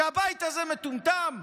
שהבית הזה מטומטם?